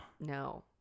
No